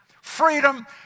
freedom